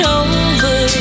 over